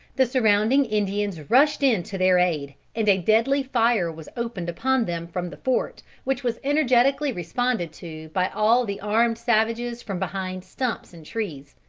the surrounding indians rushed in to their aid, and deadly fire was opened upon them from the fort, which was energetically responded to by all the armed savages from behind stumps and trees.